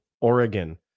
Oregon